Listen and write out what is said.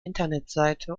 internetseite